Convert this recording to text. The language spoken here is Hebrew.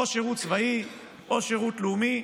או שירות צבאי, או שירות לאומי.